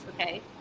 okay